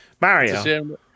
Mario